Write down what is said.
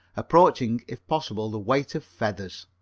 approaching if possible the weight of feathers.